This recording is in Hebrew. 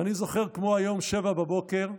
אני זוכר כמו היום, 07:00,